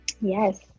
Yes